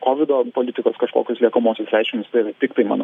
kovido politikos kažkokius liekamuosius reiškinius tai yra tiktai mano